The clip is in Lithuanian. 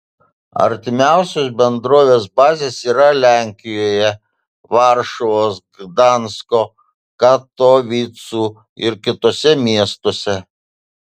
artimiausios bendrovės bazės yra lenkijoje varšuvos gdansko katovicų ir kituose miestuose